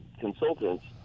consultants